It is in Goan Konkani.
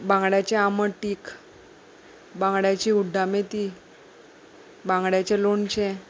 बांगड्याचें आमट टीख बांगड्याची उड्डामेथी बांगड्याचें लोणचें